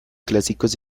clásicos